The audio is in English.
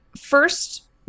first